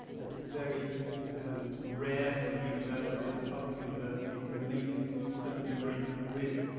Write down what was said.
and it's very and rare for the university, as a public university, to make such an agreement with